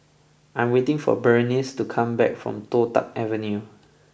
I am waiting for Berenice to come back from Toh Tuck Avenue